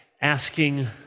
asking